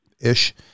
ish